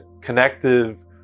connective